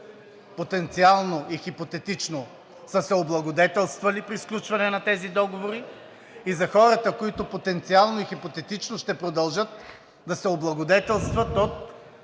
потенциално и хипотетично са се облагодетелствали при сключване на тези договори, и за хората, които потенциално и хипотетично ще продължат да се облагодетелстват от